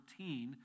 14